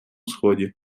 сході